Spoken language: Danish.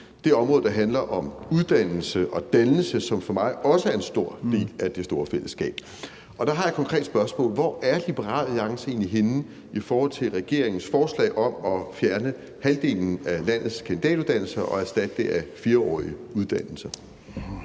det område, der handler om uddannelse og dannelse, som for mig også er en stor del af det store fællesskab, og der har jeg et konkret spørgsmål: Hvor er Liberale Alliance egentlig henne i forhold til regeringens forslag om at fjerne halvdelen af landets kandidatuddannelser og erstatte dem af 4-årige uddannelser?